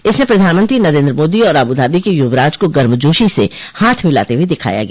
इसमें प्रधानमंत्री नरेन्द्र मोदी और आबूधाबी के युवराज को गर्मजोशी से हाथ मिलाते हुए दिखाया गया